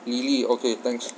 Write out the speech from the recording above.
lily okay thanks